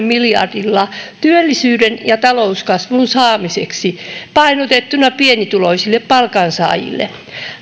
miljardilla työllisyyden ja talouskasvun saamiseksi painotettuna pienituloisille palkansaajille